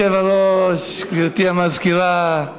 אדוני היושב-ראש, גברתי המזכירה,